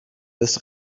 des